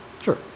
Sure